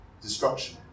Destruction